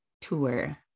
tour